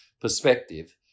Perspective